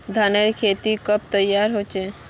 धानेर खेती कब तैयार होचे?